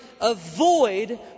Avoid